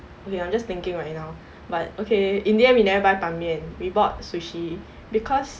oh ya I am just thinking right now but okay in the end we never buy 板面 we bought sushi because